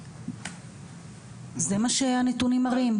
זה מה שהנתונים מראים.